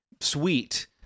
sweet